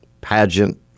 pageant